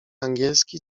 angielski